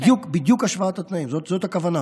בדיוק השוואת התנאים, זאת הכוונה.